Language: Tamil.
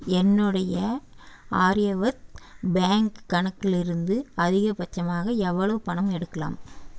என்னுடைய ஆரியவ்ரத் பேங்க் கணக்கிலிருந்து அதிகபட்சமாக எவ்ளோ பணம் எடுக்கலாம்